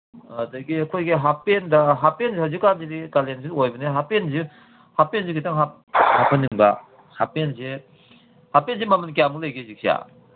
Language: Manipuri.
ꯑꯗꯒꯤ ꯑꯩꯈꯣꯏꯒꯤ ꯍꯥꯄꯦꯟꯗ ꯍꯥꯞꯦꯟ ꯍꯧꯖꯤꯛꯀꯥꯟꯁꯤꯗꯤ ꯀꯥꯂꯦꯟꯁꯨ ꯑꯣꯏꯕꯅꯤꯅ ꯍꯥꯄꯦꯟꯁꯤ ꯍꯥꯄꯦꯟꯁꯤ ꯈꯤꯇꯪ ꯍꯥꯞꯍꯟꯅꯤꯡꯕ ꯍꯥꯄꯦꯟꯁꯦ ꯍꯥꯄꯦꯟꯁꯦ ꯃꯃꯟ ꯀꯌꯥꯃꯨꯛ ꯂꯩꯒꯦ ꯍꯧꯖꯤꯛꯁꯦ